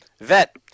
Vet